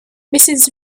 mrs